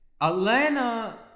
Atlanta